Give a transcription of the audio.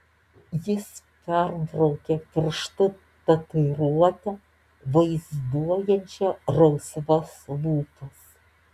jis perbraukė pirštu tatuiruotę vaizduojančią rausvas lūpas